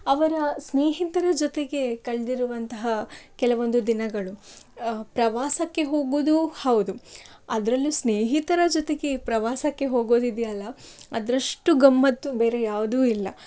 ಅವರ ಸ್ನೇಹಿತರ ಜೊತೆಗೆ ಕಳೆದಿರುವಂತಹ ಕೆಲವೊಂದು ದಿನಗಳು ಪ್ರವಾಸಕ್ಕೆ ಹೋಗೋದು ಹೌದು ಅದರಲ್ಲು ಸ್ನೇಹಿತರ ಜೊತೆಗೆ ಪ್ರವಾಸಕ್ಕೆ ಹೋಗೋದಿದೆಯಲ್ಲಾ ಅದರಷ್ಟು ಗಮ್ಮತ್ತು ಬೇರೆ ಯಾವುದು ಇಲ್ಲ